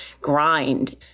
grind